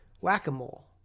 Whack-a-mole